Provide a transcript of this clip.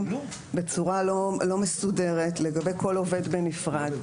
בצורה לא מסודרת לגבי כל עובד בנפרד,